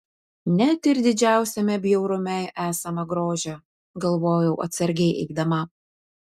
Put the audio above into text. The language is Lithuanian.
net ir didžiausiame bjaurume esama grožio galvojau atsargiai eidama